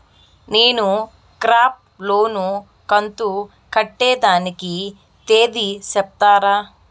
నేను crop loan కంతు కట్టేదానికి తేది సెప్తారా?